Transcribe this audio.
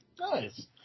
Nice